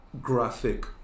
graphic